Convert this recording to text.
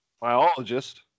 biologist